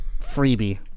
freebie